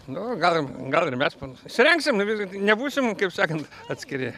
nu gal ir gal ir mes įsirengsim nu vis gi nebūsime kaip sakant atskiri